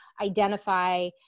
identify